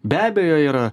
be abejo yra